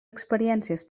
experiències